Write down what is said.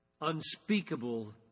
unspeakable